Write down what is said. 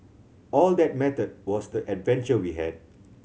all that mattered was the adventure we had